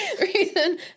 Reason